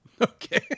Okay